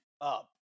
up